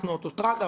אנחנו האוטוסטרדה,